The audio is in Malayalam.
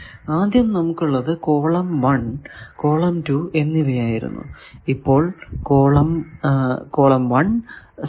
ആദ്യം നമുക്കുള്ളത് കോളം 1 കോളം 2 എന്നിവയായിരുന്നു